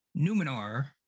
Numenor